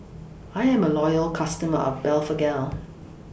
I Am A Loyal customer of Blephagel